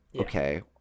Okay